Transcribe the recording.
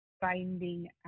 finding